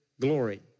glory